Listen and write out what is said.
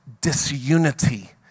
disunity